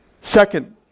Second